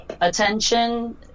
attention